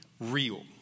real